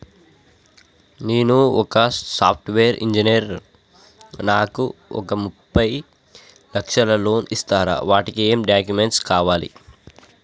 నేను ఒక software engineer నాకు ఒక ముప్పై లక్షల లోన్ ఇస్తరా? వాటికి ఏం డాక్యుమెంట్స్ కావాలి?